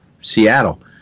Seattle